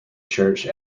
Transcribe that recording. church